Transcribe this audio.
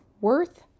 worth